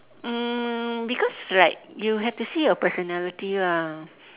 um because like you have to see your personality lah